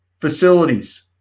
facilities